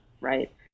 right